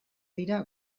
dira